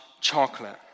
chocolate